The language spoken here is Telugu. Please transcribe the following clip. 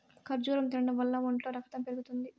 ఖర్జూరం తినడం వల్ల ఒంట్లో రకతం పెరుగుతుంది